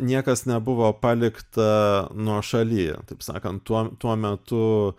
niekas nebuvo palikta nuošaly taip sakant tuo tuo metu